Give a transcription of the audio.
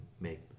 make